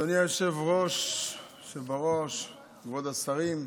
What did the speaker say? אדוני היושב-ראש, כבוד השרים,